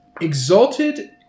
Exalted